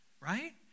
right